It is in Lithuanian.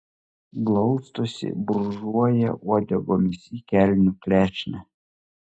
glaustosi brūžuoja uodegomis į kelnių klešnę